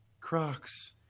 Crocs